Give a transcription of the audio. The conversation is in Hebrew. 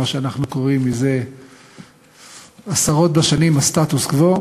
שאנחנו קוראים זה עשרות בשנים הסטטוס-קוו.